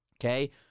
okay